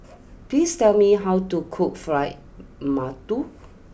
please tell me how to cook Fried Mantou